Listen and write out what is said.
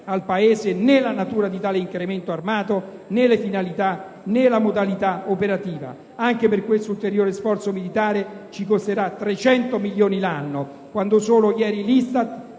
al Paese né la natura di tale incremento armato, né la finalità, né la modalità operativa, ed anche perché questo ulteriore sforzo militare ci costerà 300 milioni di euro l'anno, quando solo ieri l'ISTAT